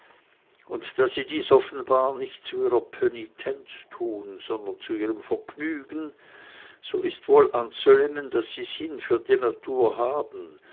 und da sie dies offenbar nicht zu ihrer pönitenz tun sondern zu ihrem vergnügen so ist wohl anzunehmen daß sie sinn für die natur haben